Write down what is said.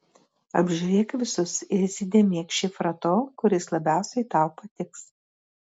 apžiūrėk visus ir įsidėmėk šifrą to kuris labiausiai tau patiks